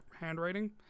handwriting